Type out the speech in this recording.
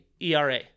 ERA